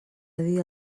dia